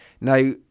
Now